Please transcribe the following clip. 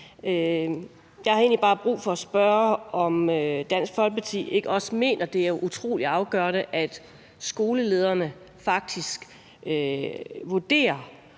Jeg har egentlig bare brug for at spørge, om Dansk Folkeparti ikke også mener, at det er utrolig afgørende, at skolelederne faktisk vurderer